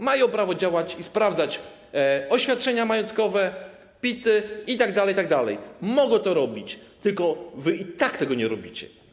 Mają prawo działać i sprawdzać oświadczenia majątkowe, PIT-y itd., mogą to robić, tyle że wy i tak tego nie robicie.